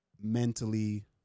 mentally